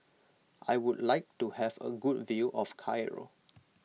I would like to have a good view of Cairo